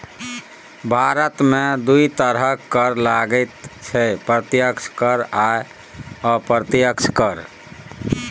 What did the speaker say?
भारतमे दू तरहक कर लागैत छै प्रत्यक्ष कर आ अप्रत्यक्ष कर